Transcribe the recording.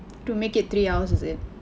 to make it three hours is it